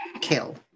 Kill